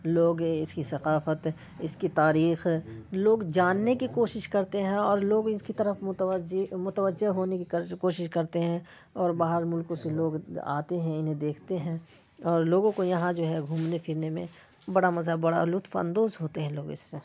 لوگ اس كی ثقافت اس كی تاریخ لوگ جاننے کی کوشش کرتے ہیں اور لوگ اس کی طرف متوجہ متوجہ ہونے کی کوشش کرتے ہیں اور باہر ملکوں سے لوگ آتے ہیں انہیں دیکھتے ہیں اور لوگوں کو یہاں جو ہے گھومنے پھرنے میں بڑا مزہ بڑا لطف اندوز ہوتے ہیں لوگ اس سے